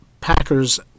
Packers